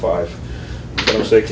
five or six